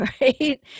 Right